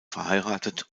verheiratet